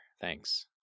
Thanks